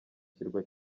kirwa